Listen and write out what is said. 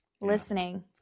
listening